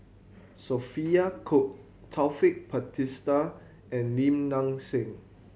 Sophia Cooke Taufik Batisah and Lim Nang Seng